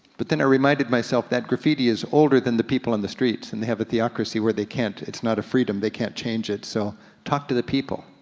but then i reminded myself, that graffiti is older than the people on the streets, and they have a theocracy where they can't, it's not a freedom, they can't change it so talk to the people.